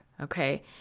okay